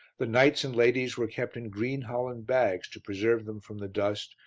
the knights and ladies were kept in green holland bags to preserve them from the dust,